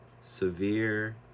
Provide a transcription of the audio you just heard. severe